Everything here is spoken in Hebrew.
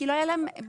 כי לא היה להם בבית.